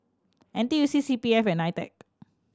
N T U C C P F and NITEC